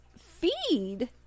feed